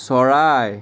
চৰাই